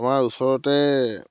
আমাৰ ওচৰতে